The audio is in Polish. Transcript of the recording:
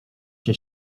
się